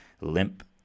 limp